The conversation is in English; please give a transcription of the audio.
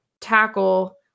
tackle